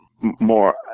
more